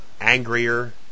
angrier